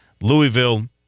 Louisville